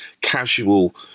casual